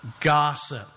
gossip